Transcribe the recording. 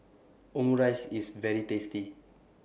Omurice IS very tasty